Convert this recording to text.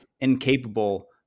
incapable